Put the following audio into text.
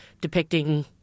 depicting